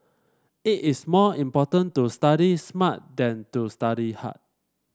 it is more important to study smart than to study hard